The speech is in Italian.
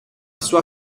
sua